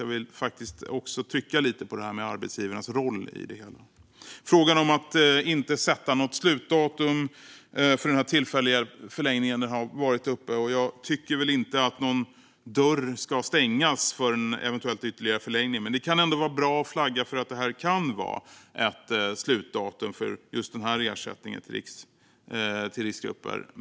Jag vill trycka lite på arbetsgivarens roll i det hela. Frågan om att inte sätta något slutdatum för den tillfälliga förlängningen har varit uppe. Jag tycker väl inte att någon dörr ska stängas för en eventuell ytterligare förlängning. Det är ändå bra att flagga för att det här kan vara ett slutdatum för just den här ersättningen till riskgrupper.